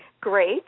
Great